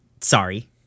Sorry